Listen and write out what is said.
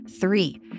Three